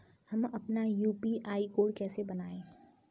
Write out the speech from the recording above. हम अपना UPI code कैसे बनाएँ?